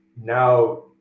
now